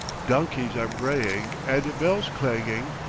donkeys are braying and bells clanging,